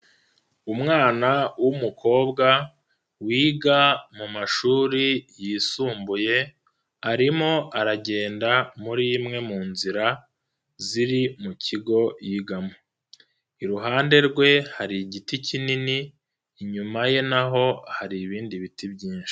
Umwana w'umukobwa wiga mu mashuri yisumbuye arimo aragenda muri imwe mu nzira ziri mu kigo yigamo. Iruhande rwe hari igiti kinini inyuma ye na ho hari ibindi biti byinshi.